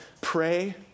pray